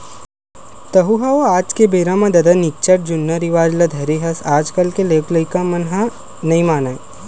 तँहू ह ओ आज के बेरा म ददा निच्चट जुन्नाहा रिवाज ल धरे हस आजकल के लोग लइका मन ह नइ मानय